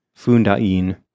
Fundain